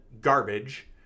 garbage